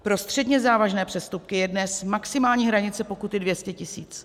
Pro středně závažné přestupky je dnes maximální hranice pokuty 200 tisíc.